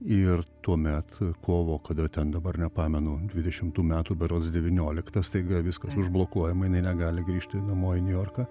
ir tuomet kovo kada ten dabar nepamenu dvidešimtų metų berods devyniolikta staiga viskas užblokuojama jinai negali grįžti namo į niujorką